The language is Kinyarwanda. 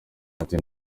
ati